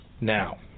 now